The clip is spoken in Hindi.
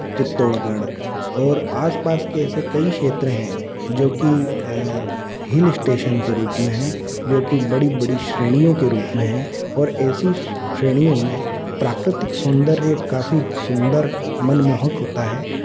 चित्तोड़गढ़ और आस पास के ऐसे कई क्षेत्र हैं जो कि हिल स्टेशन के रूप में हैं जो कि बड़ी बड़ी श्रेणियों के रूप में हैं और ऐसी श्रेणियों में प्राकृतिक सौंदर्य काफी सुंदर मनमोहक होता है